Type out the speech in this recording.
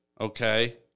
okay